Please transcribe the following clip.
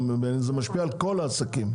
אלא על כל העסקים,